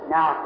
Now